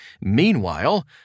Meanwhile